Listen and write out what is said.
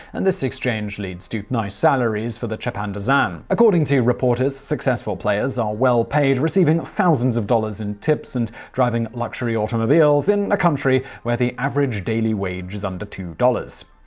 and this exchange leads to nice salaries for the chapandazan. according to reports, successful players are well paid, receiving thousands of dollars in tips and driving luxury automobiles in a country where the average daily wage is under two dollars.